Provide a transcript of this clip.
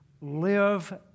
live